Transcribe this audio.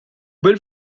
bil